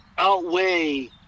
outweigh